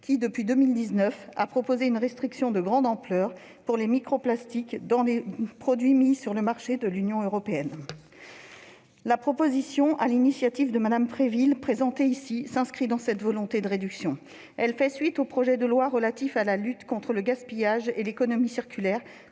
qui, depuis 2019, a proposé une restriction de grande ampleur relative aux microplastiques présents dans les produits mis sur le marché dans l'Union européenne. La proposition de loi présentée par Mme Préville s'inscrit dans cette volonté de réduction. Elle fait suite au projet de loi relatif à la lutte contre le gaspillage et à l'économie circulaire.